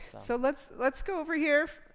so let's let's go over here.